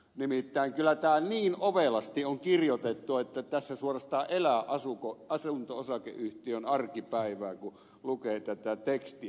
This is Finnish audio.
nimittäin kyllä tämä niin ovelasti on kirjoitettu että tässä suorastaan elää asunto osakeyhtiön arkipäivää kun lukee tätä tekstiä